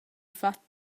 fat